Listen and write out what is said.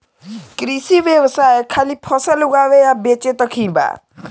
कृषि व्यवसाय खाली फसल उगावे आ बेचे तक ही बा